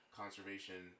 conservation